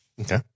Okay